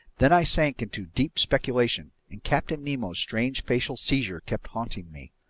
then i sank into deep speculation, and captain nemo's strange facial seizure kept haunting me.